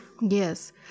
Yes